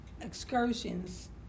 excursions